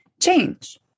change